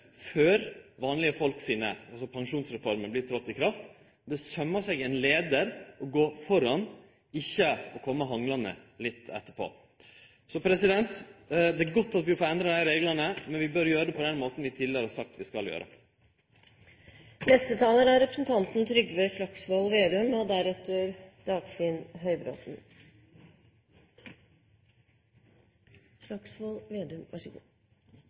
før pensjonsreforma tek til å gjelde. Det sømmer seg ein leiar å gå føre, ikkje å komme hanglande litt etterpå. Så det er godt at vi får endra dei reglane, men vi bør gjere det på den måten vi tidlegare har sagt at vi skal gjere. Senterpartiet er